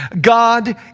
God